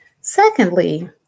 Secondly